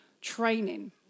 training